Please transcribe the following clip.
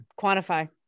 Quantify